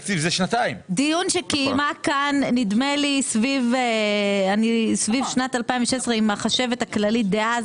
דיון שקיימה כאן סביב שנת 2016 עם החשבת הכללית דאז,